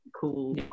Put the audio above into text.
cool